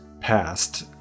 passed